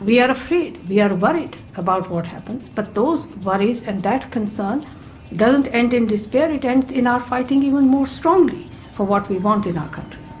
we are afraid, we ah are worried about what happens, but those worries and that concern doesn't end in despair, it ends in our fighting even more strongly for what we want in our country.